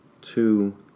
Two